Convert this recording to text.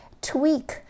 tweak